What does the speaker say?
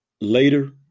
later